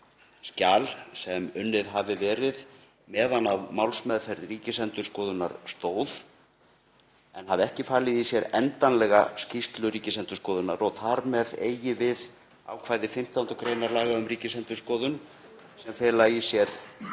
skjal sem unnið hafi verið meðan á málsmeðferð Ríkisendurskoðunar stóð en hafi ekki falið í sér endanlega skýrslu Ríkisendurskoðunar og þar með eigi við ákvæði 15. gr. laga um Ríkisendurskoðun sem felur í sér